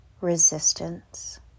resistance